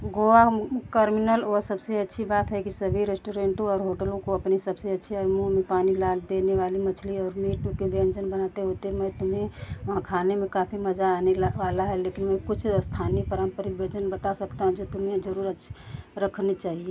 Goa carnival की सबसे अच्छी बात है कि सभी रेस्टोरेंटों और होटलों को अपने सबसे अच्छे और मुँह में पानी ला देने वाले मछली और मीट के व्यंजन बनते होते हैं मैं तुम्हें वहाँ खाने में काफ़ी मज़ा आने वाला है लेकिन मैं कुछ स्थानीय पारंपरिक व्यंजन बता सकता हूँ जो तुम्हें ज़रुर रख रखने चाहिए